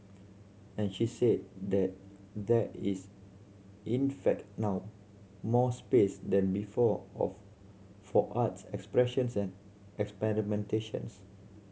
and she said that there is in fact now more space than before of for arts expressions and experimentations